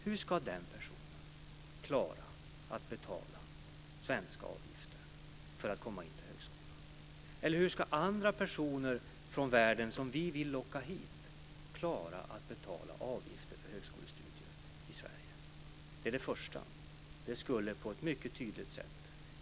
Hur ska den personen klara att betala svenska avgifter för att komma in på högskolan? Eller hur ska andra personer från världen som vi vill locka hit klara att betala avgifter för högskolestudier i Sverige?